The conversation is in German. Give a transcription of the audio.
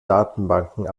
datenbanken